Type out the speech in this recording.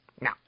no